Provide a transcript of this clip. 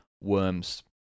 Worms